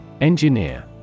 Engineer